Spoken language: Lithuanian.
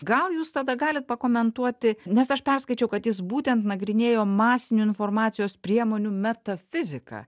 gal jūs tada galit pakomentuoti nes aš perskaičiau kad jis būtent nagrinėjo masinių informacijos priemonių metafiziką